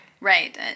Right